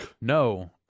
No